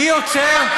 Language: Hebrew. מי עוצר,